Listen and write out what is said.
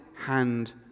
hand